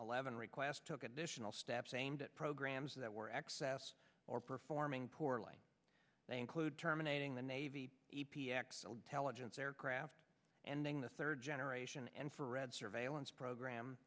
eleven request took additional steps aimed at programs that were excess or performing poorly they include terminating the navy e p excellent teligent aircraft ending the third generation and for red surveillance program